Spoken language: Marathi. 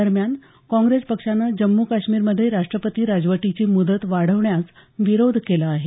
दरम्यान काँप्रेस पक्षानं जम्मू काश्मीरमध्ये राष्ट्रपती राजवटीची मुदत वाढवण्यास विरोध केला आहे